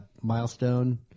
milestone